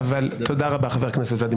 תודה רבה, חבר הכנסת ולדימיר.